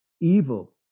evil